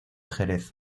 jerez